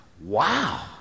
wow